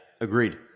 Agreed